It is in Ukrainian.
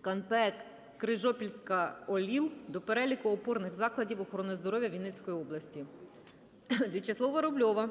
КНП "Крижопільська ОЛІЛ" до переліку опорних закладів охорони здоров'я Вінницької області. Вячеслава Рубльова